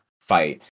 fight